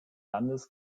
landes